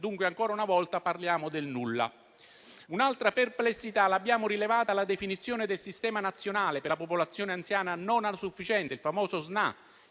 dunque ancora una volta parliamo del nulla. Un'altra perplessità riguarda la definizione del Sistema nazionale per la popolazione anziana non autosufficiente (SNAA).